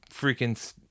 freaking